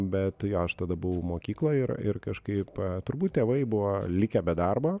bet jo aš tada buvau mokykloj ir ir kažkaip turbūt tėvai buvo likę be darbo